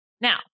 now